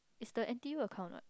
is the N_T_U account what